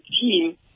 team